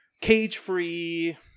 cage-free